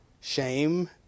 shame